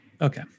Okay